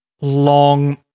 long